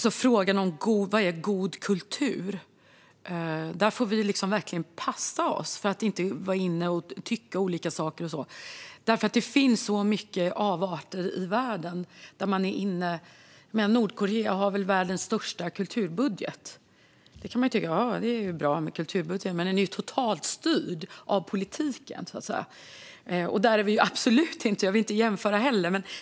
I frågan om vad som är god kultur får vi verkligen passa oss för att vara inne och tycka olika saker - det finns så många avarter i världen. Nordkorea har väl världens största kulturbudget. Man kan tycka att det är bra med en stor kulturbudget, men den är ju totalt styrd av politiken. Där är vi absolut inte, och jag vill inte ens jämföra.